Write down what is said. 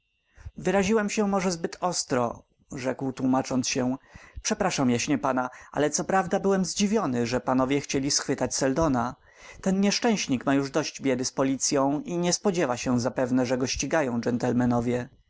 wyraziłem się może zbyt ostro rzekł tłómacząc się przepraszam jaśnie pana ale co prawda byłem zdziwiony że panowie chcieli schwytać seldona ten nieszczęśnik ma już dość biedy z policyą i nie spodziewa się zapewne że go ścigają